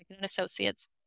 Associates